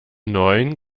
neun